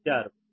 అందువలన ఇది 0